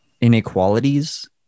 inequalities